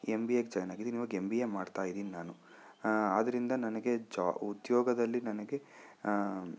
M B A ಗೆ join ಆಗಿದ್ದೀನಿ ಇವಾಗ ಎಮ್ ಬಿ ಎ ಮಾಡ್ತಾಯಿದ್ದೀನಿ ನಾನು ಆದ್ರಿಂದ ನನಗೆ ಜಾ ಉದ್ಯೋಗದಲ್ಲಿ ನನಗೆ ಆಂ